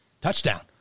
touchdown